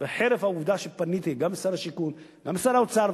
וחרף העובדה שפניתי גם לשר השיכון וגם לשר האוצר,